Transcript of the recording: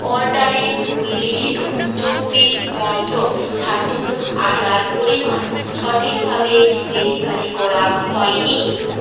অর্ডারে উল্লিখিত চব্বিশ মন্ত্র ছাতুর আটার পরিমাণ সঠিকভাবে ডেলিভারি করা হয়নি